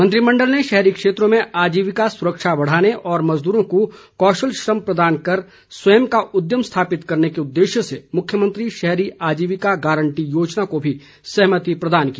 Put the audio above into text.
मंत्रिमंडल ने शहरी क्षेत्रों में आजीविका सुरक्षा बढ़ाने और मजदूरों को कौशल श्रम प्रदान कर स्वयं का उद्यम स्थापित करने के उदेश्य से मुख्यमंत्री शहरी आजीविका गारंटी योजना को भी सहमति प्रदान की